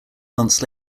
months